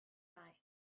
night